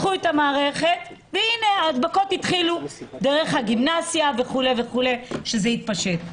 הנה ההדבקות התחילו דרך הגימנסיה העברית וכולי והנגיף התפשט.